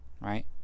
right